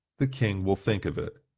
the king will think of it,